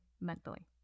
mentally